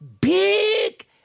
big